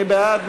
מי בעד?